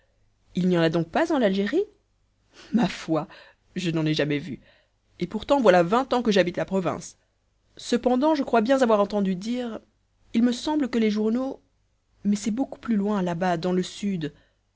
il n'y en a donc pas en algérie ma foi je n'en ai jamais vu et pourtant voilà vingt ans que j'habite la province cependant je crois bien avoir entendu dire il me semble que les journaux mais c'est beaucoup plus loin là-bas dans le sud